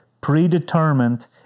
predetermined